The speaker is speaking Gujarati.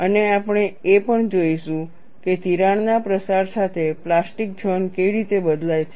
અને આપણે એ પણ જોઈશું કે તિરાડના પ્રસાર સાથે પ્લાસ્ટિક ઝોન કેવી રીતે બદલાય છે